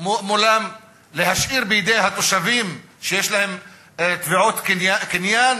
מולם להשאיר בידי התושבים שיש להם תביעות קניין